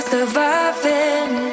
Surviving